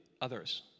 others